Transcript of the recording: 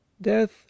death